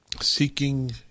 seeking